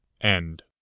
End